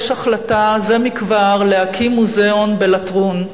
יש החלטה זה מכבר להקים מוזיאון בלטרון.